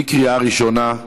בקריאה ראשונה.